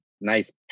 nice